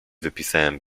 wypisałem